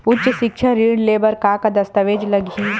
उच्च सिक्छा ऋण ले बर का का दस्तावेज लगही?